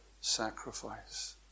sacrifice